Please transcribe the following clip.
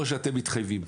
או שאתם מתחייבים,